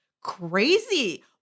Crazy